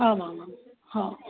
आमामां हा